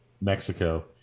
Mexico